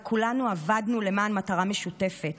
וכולנו עבדנו למען מטרה משותפת,